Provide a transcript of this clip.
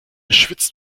schwitzt